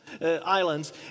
Islands